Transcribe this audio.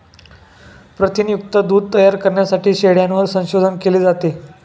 प्रथिनयुक्त दूध तयार करण्यासाठी शेळ्यांवर संशोधन केले जाते